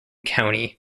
county